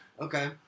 Okay